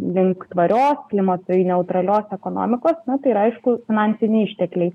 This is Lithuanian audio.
link tvarios klimatui neutralios ekonomikos na tai ir aišku finansiniai ištekliai